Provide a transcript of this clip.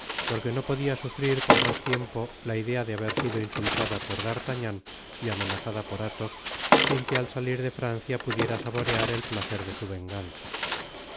porque no podia sufrir por mas tiempo la idea de haber sido insultada por d'artagnany amenazada por athos sin que al salir de francia pudiera saborear el placer de su venganza tan